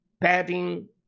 padding